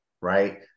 right